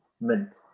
mint